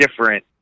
different